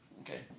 okay